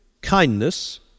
kindness